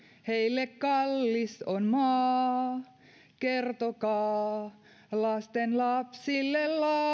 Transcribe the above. heille kallis ol maa kertokaa lasten lapsille lauluin